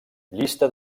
llista